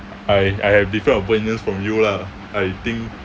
I I have different opinions from you lah I think